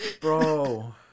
Bro